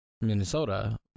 Minnesota